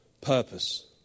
Purpose